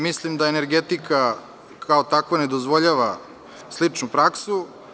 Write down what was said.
Mislim da energetika kao takva ne dozvoljava sličnu praksu.